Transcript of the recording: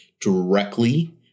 directly